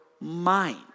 mind